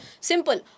Simple